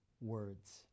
words